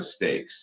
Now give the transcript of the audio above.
mistakes